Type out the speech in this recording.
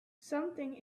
something